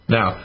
Now